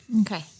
Okay